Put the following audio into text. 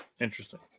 Interesting